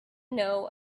know